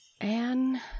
Anne